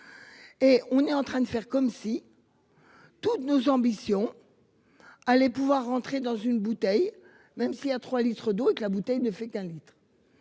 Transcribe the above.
Et on est en train de faire comme si. Toutes nos ambitions. Allez pouvoir rentrer dans une bouteille. Même s'il y a 3 litres d'eau et que la bouteille ne fait qu'un litre.